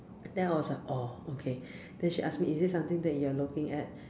then I was like oh okay then she ask me is it something that you're looking at